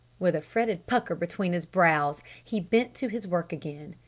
with a fretted pucker between his brows he bent to his work again.